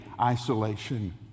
isolation